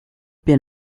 been